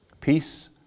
Peace